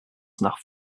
nach